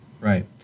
Right